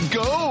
go